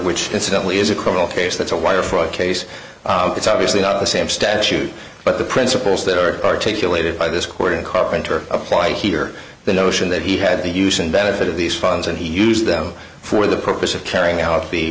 which incidentally is a criminal case that's a wire fraud case it's obviously not the same statute but the principles that are articulated by this court and carpenter apply here the notion that he had the use and benefit of these funds and he used them for the purpose of carrying out the